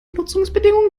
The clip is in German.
nutzungsbedingungen